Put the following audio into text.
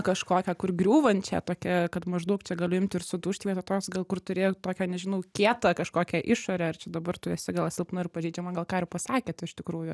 kažkokią kur griūvančią tokia kad maždaug čia galiu imti ir sudužti vietoj tos gal kur turėjo tokią nežinau kietą kažkokią išorę ar čia dabar tu esi gal silpna ir pažeidžiama gal ką ir pasakėt iš tikrųjų